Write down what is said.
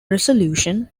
resolution